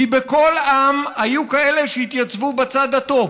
כי בכל עם היו כאלה שהתייצבו בצד הטוב.